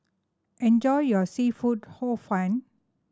enjoy your seafood Hor Fun